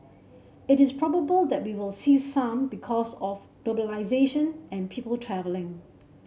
it is probable that we will see some because of globalisation and people travelling